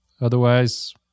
otherwise